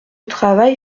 travail